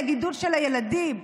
לגידול של הילדים?